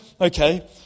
okay